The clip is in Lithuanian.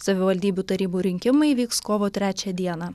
savivaldybių tarybų rinkimai vyks kovo trečią dieną